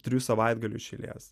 trijų savaitgalių iš eilės